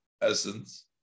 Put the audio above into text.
essence